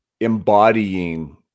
embodying